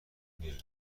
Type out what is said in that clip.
میره